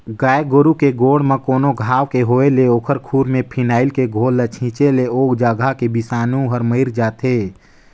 गाय गोरु के गोड़ म कोनो घांव के होय ले ओखर खूर में फिनाइल के घोल ल छींटे ले ओ जघा के बिसानु हर मइर जाथे